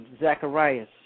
Zacharias